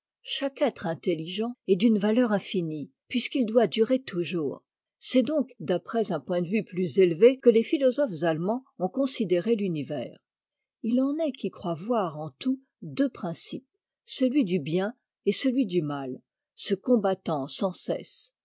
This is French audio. chaque être intelligent est d'une valeur infinie puisqu'il doit durer toujours c'est donc d'après un point de vue plus élevé que les philosophes allemands ont considéré l'univers il en est qui croient voir en tout deux principes celui du bien et celui du mal se combattant sans cesse